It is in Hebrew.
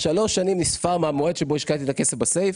השלוש שנים נספר מהמועד שבו השקעתי את הכסף בסייף?